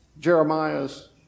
Jeremiah's